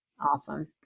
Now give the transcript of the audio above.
Awesome